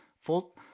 full